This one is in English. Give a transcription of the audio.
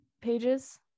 pages